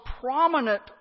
prominent